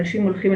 אנשים הולכים,